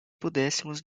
pudéssemos